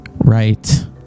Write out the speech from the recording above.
right